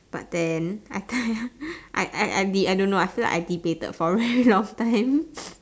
but then I tell you I I I don't know I feel like I debated for a very long time